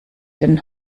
den